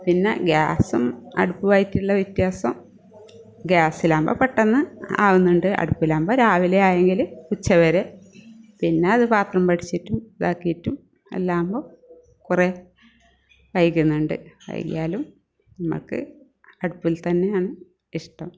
പിന്നെ ഗ്യാസും അടുപ്പുമായിട്ടുള്ള വ്യത്യാസം ഗ്യാസിലാകുമ്പം പെട്ടന്ന് ആവുന്നുണ്ട് അടപ്പിലാവുമ്പം രാവിലെ ആയെങ്കിൽ ഉച്ച വരെ പിന്നെ അതു പാത്രം വടിച്ചിട്ടും ഇതാക്കിയിട്ടും എല്ലാം ആവുമ്പോ കുറേ വൈകുന്നുണ്ട് വൈകിയാലും നമ്മൾക്ക് അടുപ്പിൽ തന്നെയാണ് ഇഷ്ടം